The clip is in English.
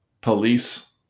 Police